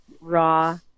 raw